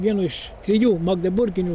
vienu iš trijų magdeburginių